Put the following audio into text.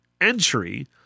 entry